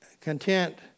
content